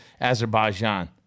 Azerbaijan